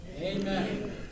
Amen